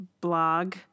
blog